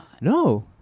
No